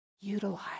Utilize